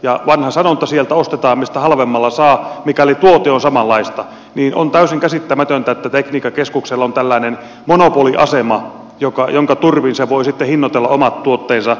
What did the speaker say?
kun vanha sanonta on että sieltä ostetaan mistä halvemmalla saa mikäli tuote on samanlaista niin on täysin käsittämätöntä että tekniikkakeskuksella on tällainen monopoliasema jonka turvin se voi sitten hinnoitella omat tuotteensa kilpailukyvyttömästi